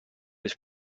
was